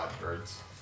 birds